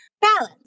Balance